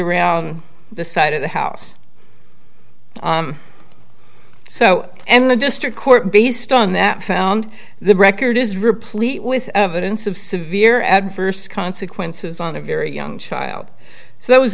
around the side of the house so and the district court based on that found the record is replete with evidence of severe adverse consequences on a very young child so that was